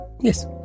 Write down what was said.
Yes